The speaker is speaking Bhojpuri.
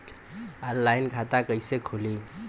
ऑनलाइन खाता कइसे खुली?